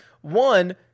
one